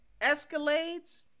escalades